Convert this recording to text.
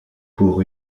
pour